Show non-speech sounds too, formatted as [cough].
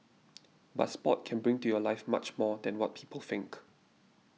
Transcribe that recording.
[noise] but sport can bring to your life much more than what people think